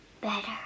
better